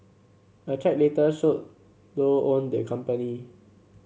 a check later showed Low owned the company